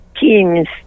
teams